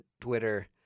Twitter